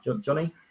Johnny